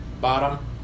bottom